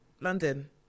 london